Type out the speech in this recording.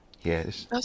Yes